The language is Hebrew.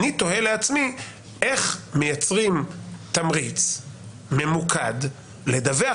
אני תוהה איך מייצרים תמריץ ממוקד לדווח